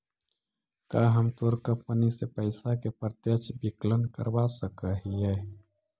का हम तोर कंपनी से पइसा के प्रत्यक्ष विकलन करवा सकऽ हिअ?